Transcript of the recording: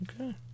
okay